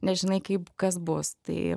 nežinai kaip kas bus tai